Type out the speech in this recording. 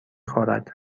خورد